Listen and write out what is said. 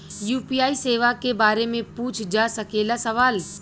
UPI सेवा के बारे में पूछ जा सकेला सवाल?